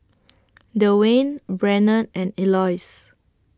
Dewayne Brannon and Eloise